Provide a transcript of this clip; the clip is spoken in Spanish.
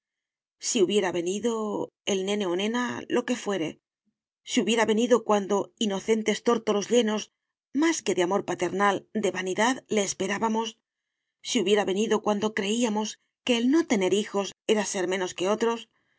si hubiera venido el nene o nena lo que fuere si hubiera venido cuando inocentes tórtolos llenos más que de amor paternal de vanidad le esperábamos si hubiera venido cuando creíamos que el no tener hijos era ser menos que otros si